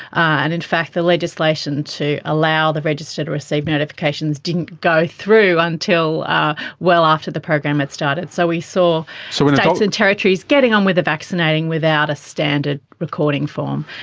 and in fact the legislation to allow the registered received notifications didn't go through until well after the program had started. so we saw so states and territories getting on with the vaccinating without a standard recording form.